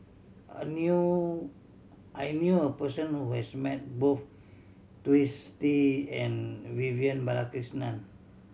I knew I knew a person who has met both Twisstii and Vivian Balakrishnan